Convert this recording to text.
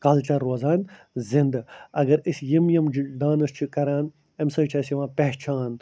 culture روزان زنٛدٕ اگر أسۍ یِم یِم ڈانَس چھِ کَران اَمہِ سۭتۍ چھِ اَسہِ یِوان پہچھان